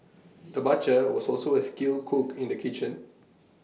the butcher was also A skilled cook in the kitchen